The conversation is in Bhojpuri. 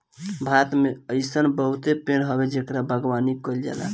भारत में अइसन बहुते पेड़ हवे जेकर बागवानी कईल जाला